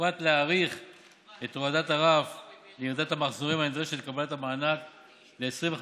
ובפרט להאריך את הורדת הרף לירידת המחזורים הנדרשת לקבלת המענק ל-25%.